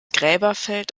gräberfeld